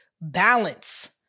balance